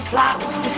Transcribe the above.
Flowers